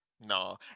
No